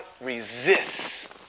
resists